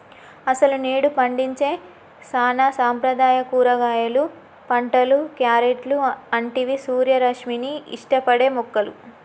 అసలు నేడు పండించే సానా సాంప్రదాయ కూరగాయలు పంటలు, క్యారెట్లు అంటివి సూర్యరశ్మిని ఇష్టపడే మొక్కలు